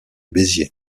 béziers